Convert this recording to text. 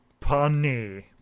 Punny